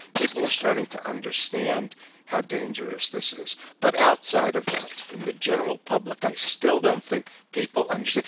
people are starting to understand how dangerous this is, but outside of that, in the general public, i still don't think people understand.